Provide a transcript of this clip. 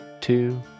two